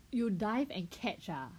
you dive and catch ah